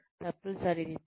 తప్పులు సరిదిద్దాలి